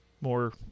more